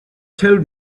told